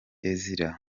ezra